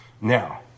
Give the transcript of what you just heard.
Now